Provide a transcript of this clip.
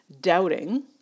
doubting